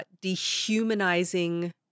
dehumanizing